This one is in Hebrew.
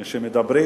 כשמדברים,